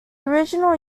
original